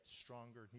stronger